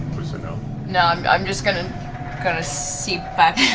you know i'm i'm just going to going to seep back